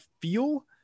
feel